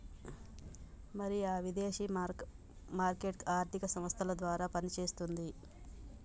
మరి ఆ విదేశీ మారక మార్కెట్ ఆర్థిక సంస్థల ద్వారా పనిచేస్తుంది